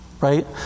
right